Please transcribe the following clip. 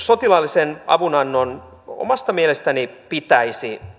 sotilaallisen avunannon omasta mielestäni pitäisi